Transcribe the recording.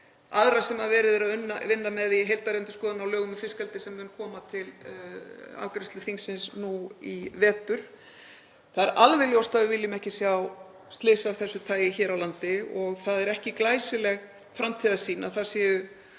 aðrar sem verið er að vinna með í heildarendurskoðun á lögum um fiskeldi sem mun koma til afgreiðslu þingsins nú í vetur. Það er alveg ljóst að við viljum ekki sjá slys af þessu tagi hér á landi og það er ekki glæsileg framtíðarsýn að það séu